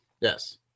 yes